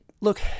Look